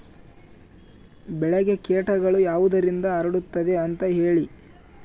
ಬೆಳೆಗೆ ಕೇಟಗಳು ಯಾವುದರಿಂದ ಹರಡುತ್ತದೆ ಅಂತಾ ಹೇಳಿ?